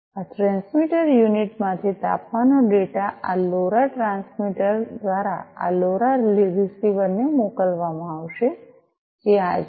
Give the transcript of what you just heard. આ transmitter unit માંથી તાપમાનનો ડેટા આ લોરા ટ્રાન્સમીટર દ્વારા આ લોરા રીસીવરને મોકલવામાં આવશે જે આ છે